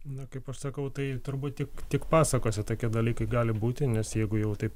na kaip aš sakau tai turbūt tik tik pasakose tokie dalykai gali būti nes jeigu jau taip